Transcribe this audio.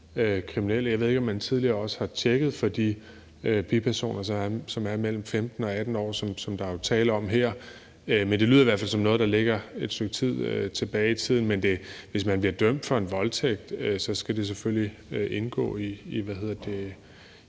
Jeg ved ikke, om man tidligere også har tjekket det for de bipersoner, som er mellem 15 og 18 år, og som der jo er tale om her. Men det lyder i hvert fald som noget, der er et stykke tid siden. Men hvis man bliver dømt for en voldtægt, skal det selvfølgelig indgå i